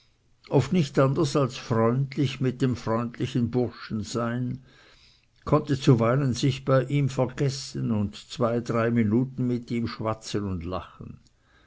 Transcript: oft nicht anders als freundlich mit dem freundlichen burschen sein konnte zuweilen sich bei ihm vergessen und zwei drei minuten mit ihm schwatzen und lachen